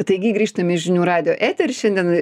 taigi grįžtam į žinių radijo eterį šiandien